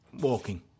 walking